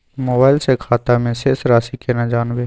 Mobile से खाता में शेस राशि केना जानबे?